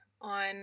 on